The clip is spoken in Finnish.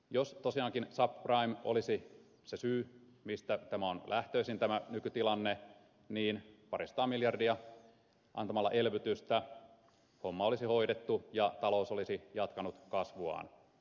jos tosiaankin subprime olisi se syy josta tämä nykytilanne on lähtöisin niin antamalla parisataa miljardia elvytystä homma olisi hoidettu ja talous olisi jatkanut kasvuaan